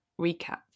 recap